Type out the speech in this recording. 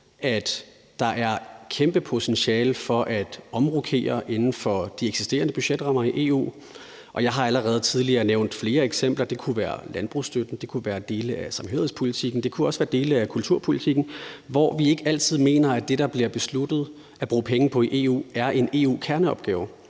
at der er et kæmpe potentiale for at omrokere inden for de eksisterende budgetrammer i EU. Jeg har allerede tidligere nævnt flere eksempler – det kunne være landbrugsstøtten, det kunne være dele af samhørighedspolitikken, og det kunne også være dele af kulturpolitikken – hvor vi ikke altid mener, at det, der bliver besluttet at bruge penge på i EU, er en EU-kerneopgave.